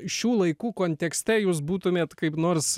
šių laikų kontekste jūs būtumėt kaip nors